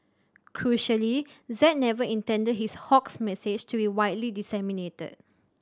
crucially Z never intended his 'hoax' message to be widely disseminated